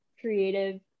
creative